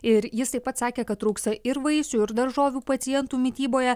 ir jis taip pat sakė kad trūksta ir vaisių ir daržovių pacientų mityboje